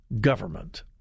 government